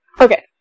Okay